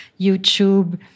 YouTube